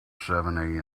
seven